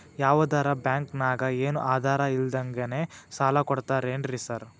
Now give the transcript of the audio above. ಯಾವದರಾ ಬ್ಯಾಂಕ್ ನಾಗ ಏನು ಆಧಾರ್ ಇಲ್ದಂಗನೆ ಸಾಲ ಕೊಡ್ತಾರೆನ್ರಿ ಸಾರ್?